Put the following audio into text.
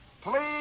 Please